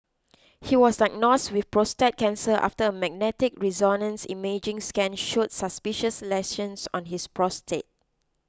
he was diagnosed with prostate cancer after a magnetic resonance imaging scan showed suspicious lesions on his prostate